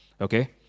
Okay